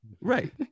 Right